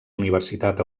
universitat